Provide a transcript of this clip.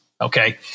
okay